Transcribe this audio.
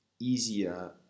Easier